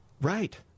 Right